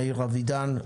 יאיר אבידן.